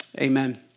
Amen